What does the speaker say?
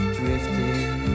drifting